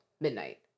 midnight